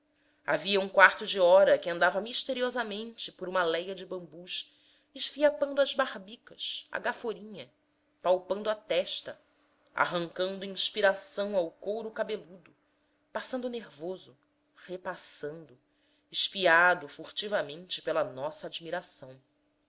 havia um quarto de hora que andava misteriosamente por uma aléia de bambus esfiapando as barbicas a gaforina palpando a testa arrancando inspiração ao couro cabeludo passando nervoso repassando espiado furtivamente pela nossa admiração